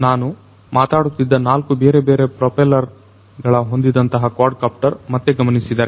ನಾನು ಮಾತಾಡುತ್ತಿದ್ದ ನಾಲ್ಕು ಬೇರೆ ಬೇರೆ ಪ್ರೊಪೆಲ್ಲರ್ ಗಳ ಹೊಂದಿದಂತಹ ಕ್ವಾಡ್ ಕಾಪ್ಟರ್ ಮತ್ತೆ ಗಮನಿಸಿದರೆ